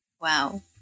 Wow